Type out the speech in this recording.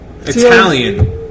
Italian